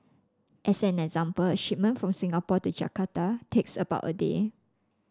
as an example a shipment from Singapore to Jakarta takes about a day